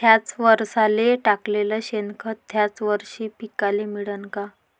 थ्याच वरसाले टाकलेलं शेनखत थ्याच वरशी पिकाले मिळन का?